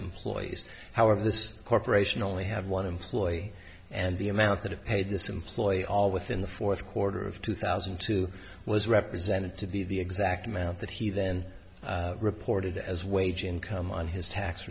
employees however this corporation only have one employee and the amount that it paid this employee all within the fourth quarter of two thousand and two was represented to be the exact amount that he then reported as wage income on his tax